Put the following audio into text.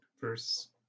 verse